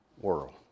world